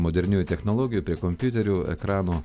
moderniųjų technologijų prie kompiuterių ekrano